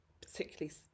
particularly